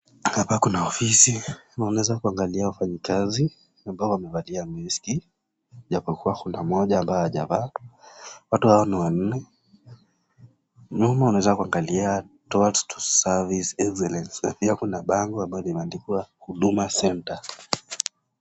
Hapa kuna ofisi. Na unaweza kuangalia wafanyikazi ambao wamevalia maski, ijapokuwa kuna mmoja ambaye hajavaa. Watu hawa ni wanne. Nyuma unaweza kuangalia, Towards Service Excellence. Na pia kuna bango ambayo limeandikwa, Huduma Centre.